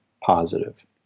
positive